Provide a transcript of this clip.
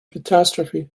catastrophe